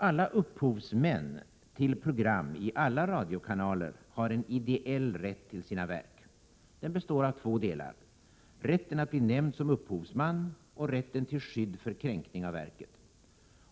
Alla upphovsmän till program i alla radiokanalerna har en ideell rätt till sina verk. Den består av två delar: rätten att bli nämnd som upphovsman och rätten till skydd för kränkning av verket.